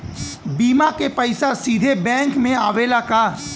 बीमा क पैसा सीधे बैंक में आवेला का?